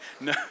No